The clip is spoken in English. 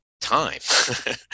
time